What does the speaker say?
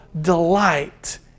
delight